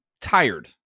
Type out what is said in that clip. tired